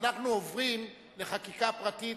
אנחנו עוברים לחקיקה פרטית,